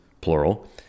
plural